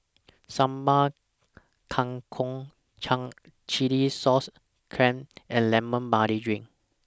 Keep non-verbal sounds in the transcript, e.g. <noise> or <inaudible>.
Sambal Kangkong <unintelligible> Chilli Sauce Clams and Lemon Barley Drink